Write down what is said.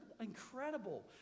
incredible